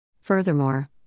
Furthermore